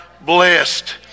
blessed